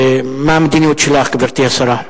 מה המדיניות שלך, גברתי השרה?